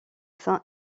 saint